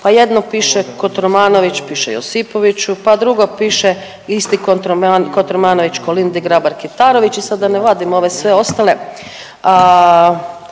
pa jedno piše Kotromanović piše Josipoviću, pa drugo piše isti Kotromanović Kolindi Grabar Kitarović i sad da ne vadim sve ove ostale.